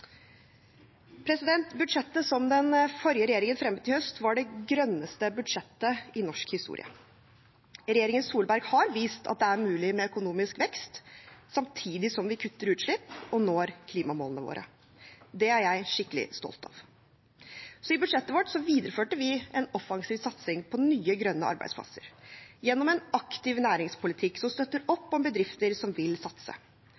Budsjettet som den forrige regjeringen fremmet i høst, var det grønneste budsjettet i norsk historie. Regjeringen Solberg har vist at det er mulig med økonomisk vekst samtidig som vi kutter utslipp og når klimamålene våre. Det er jeg skikkelig stolt av. I budsjettet vårt videreførte vi en offensiv satsing på nye grønne arbeidsplasser gjennom en aktiv næringspolitikk som støtter opp om bedrifter som vil satse.